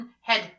Head